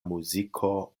muziko